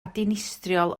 dinistriol